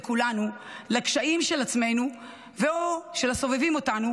כולנו לקשיים של עצמנו או של הסובבים אותנו,